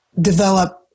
develop